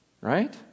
Right